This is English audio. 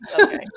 Okay